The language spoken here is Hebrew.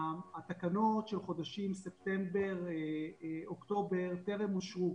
התקנות של חודשים ספטמבר-אוקטובר טרם אושרו,